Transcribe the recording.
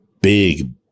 Big